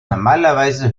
normalerweise